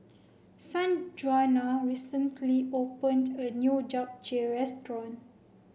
Sanjuana recently opened a new Japchae Restaurant